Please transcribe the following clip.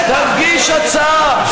תגיש הצעה,